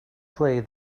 play